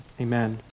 amen